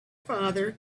father